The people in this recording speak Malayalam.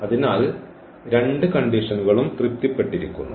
അതിനാൽ രണ്ട് കണ്ടീഷനുകളും തൃപ്തിപ്പെട്ടിരിക്കുന്നു